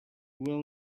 will